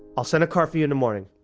i'll send a car for you in the morning.